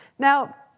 now,